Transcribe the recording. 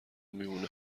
میمونه